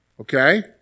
Okay